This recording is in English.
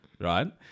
right